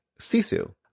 Sisu